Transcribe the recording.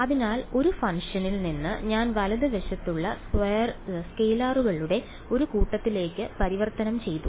അതിനാൽ ഒരു ഫംഗ്ഷനിൽ നിന്ന് ഞാൻ വലതുവശത്തുള്ള സ്കെയിലറുകളുടെ ഒരു കൂട്ടത്തിലേക്ക് പരിവർത്തനം ചെയ്തു